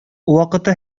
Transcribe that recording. вакыты